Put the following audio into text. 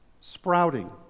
sprouting